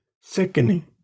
sickening